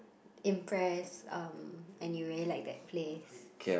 impressed um and you really like that place